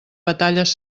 batalles